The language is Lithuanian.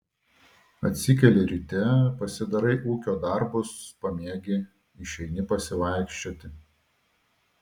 atsikeli ryte pasidarai ūkio darbus pamiegi išeini pasivaikščioti